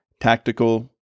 tactical